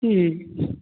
ம்